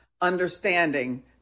understanding